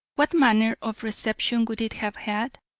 what manner of reception would it have had?